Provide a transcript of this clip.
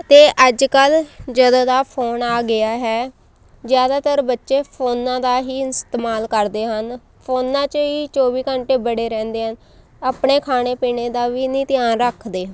ਅਤੇ ਅੱਜ ਕੱਲ ਜਦੋਂ ਦਾ ਫੋਨ ਆ ਗਿਆ ਹੈ ਜ਼ਿਆਦਾਤਰ ਬੱਚੇ ਫੋਨਾਂ ਦਾ ਹੀ ਇਸਤੇਮਾਲ ਕਰਦੇ ਹਨ ਫੋਨਾਂ 'ਚ ਹੀ ਚੌਵੀ ਘੰਟੇ ਬੜੇ ਰਹਿੰਦੇ ਹਨ ਆਪਣੇ ਖਾਣ ਪੀਣ ਦਾ ਵੀ ਨਹੀਂ ਧਿਆਨ ਰੱਖਦੇ